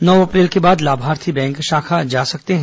नौ अप्रैल के बाद लाभार्थी बैंक शाखा जा सकते हैं